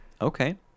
okay